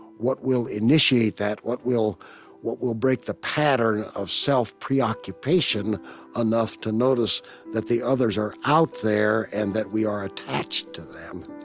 what will initiate that? what will what will break the pattern of self-preoccupation enough to notice that the others are out there and that we are attached to them?